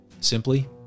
simply